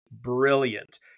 brilliant